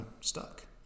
stuck